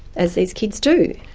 as these kids do,